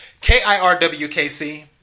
K-I-R-W-K-C